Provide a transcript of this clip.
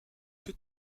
que